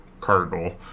Cardinal